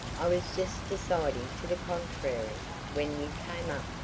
i was just deciding to the contrary when you came up.